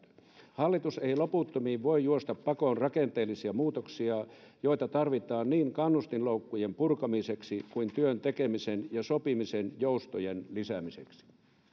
hallitus ei loputtomiin voi juosta pakoon rakenteellisia muutoksia joita tarvitaan niin kannustinloukkujen purkamiseksi kuin työn tekemisen ja sopimisen joustojen lisäämiseksi